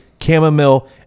Chamomile